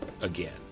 Again